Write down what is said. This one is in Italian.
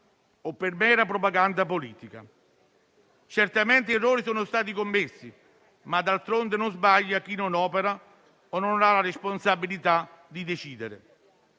o per mera propaganda politica. Certamente errori sono stati commessi, ma d'altronde non sbaglia chi non opera o non ha la responsabilità di decidere.